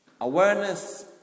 Awareness